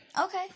Okay